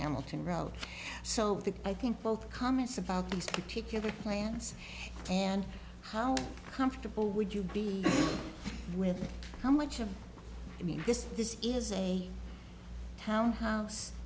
hamilton road so i think both comments about these particular plans and how comfortable would you be with how much of i mean just this is a townhouse